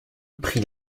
prit